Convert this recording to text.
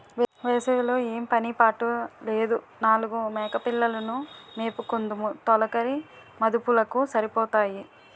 వేసవి లో ఏం పని పాట లేదు నాలుగు మేకపిల్లలు ను మేపుకుందుము తొలకరి మదుపులకు సరిపోతాయి